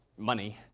money.